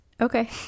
Okay